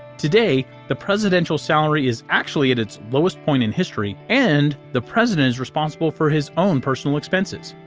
today, the presidential salary is actually at its lowest point in history, and the president is responsible for his own personal expenses.